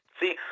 See